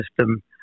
system